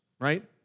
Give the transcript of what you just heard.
right